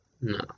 No